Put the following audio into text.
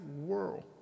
world